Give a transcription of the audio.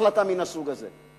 החלטה מהסוג הזה.